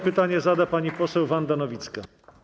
Pytanie zada pani poseł Wanda Nowicka.